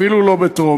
אפילו לא בטרומית.